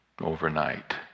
overnight